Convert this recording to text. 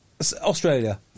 Australia